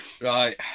right